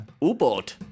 U-boat